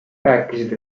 rääkisid